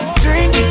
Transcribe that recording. drink